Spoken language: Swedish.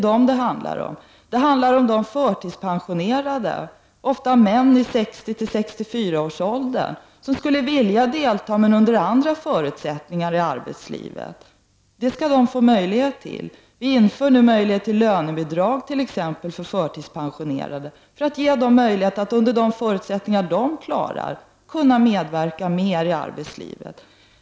Det handlar också om förtidspensionerade, ofta män i 60—64-årsåldern, som vill delta i arbetslivet med de förutsättningar de har. Det skall de nu få möjlighet att göra. Vi inför exempelvis möjlighet till lönebidrag för förtidspensionerade så att de med sina förutsättningar kan medverka i arbetslivet.